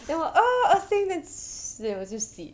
then 我 oh I think it's then 我就洗